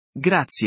Grazie